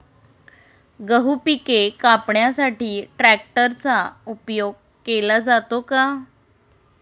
गहू पिके कापण्यासाठी ट्रॅक्टरचा उपयोग केला जातो का?